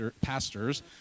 pastors